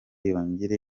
yongere